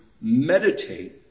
meditate